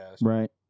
Right